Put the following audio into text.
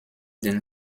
den